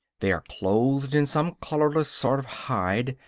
they are clothed in some colorless sort of hide.